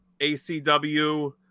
ACW